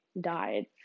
died